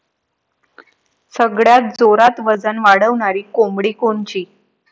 सगळ्यात जोरात वजन वाढणारी कोंबडी कोनची?